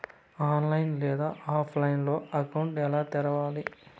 online లేదా ఆఫ్లైన్లో account ఎలా తెరవాలి